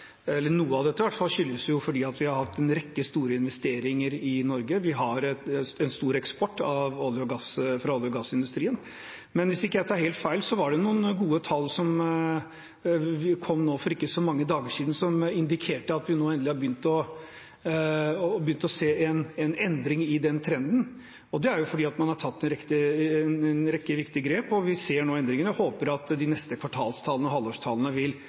dette skyldes at vi har hatt en rekke store investeringer i Norge. Vi har en stor eksport fra olje- og gassindustrien. Men hvis jeg ikke tar helt feil, var det noen gode tall som kom for ikke så mange dager siden, som indikerte at vi endelig har begynt å se en endring i den trenden, og det er fordi man har tatt en rekke viktige grep. Vi ser nå endringene og håper at de neste kvartalstallene og halvårstallene vil